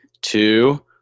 two